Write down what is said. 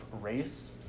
race